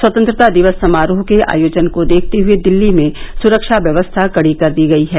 स्वतंत्रता दिवस समारोह के आयोजन को देखते हए दिल्ली में सुरक्षा व्यवस्था कड़ी कर दी गई है